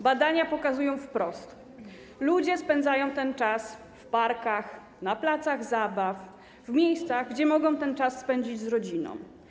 Badania pokazują wprost: ludzie spędzają ten czas w parkach, na placach zabaw, w miejscach, gdzie mogą go spędzić z rodziną.